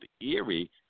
Erie